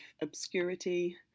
obscurity